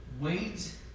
wait